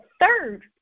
third